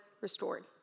restored